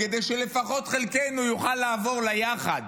כדי שלפחות חלקנו יוכל לעבור ליחד.